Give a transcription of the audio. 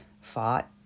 fought